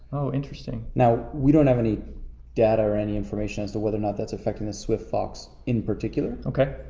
oh, interesting. now, we don't have any data or any information as to whether or not that's affecting the swift fox in particular. okay.